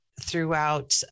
Throughout